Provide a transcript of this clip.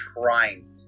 trying